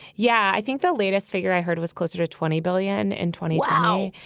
yeah. i think the latest figure i heard was closer to twenty billion in twenty now.